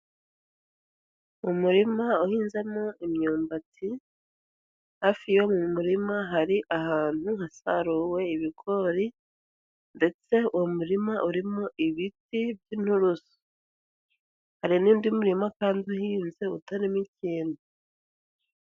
Umurima uhinzemo imyumbati, hafi yo mu murima hari ahantu hasaruwe ibigori, ndetse uwo murima urimo ibiti by'inturusu. Hari n'undi murima kandi uhinze, utarimo ikintu.